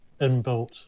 inbuilt